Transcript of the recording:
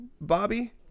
Bobby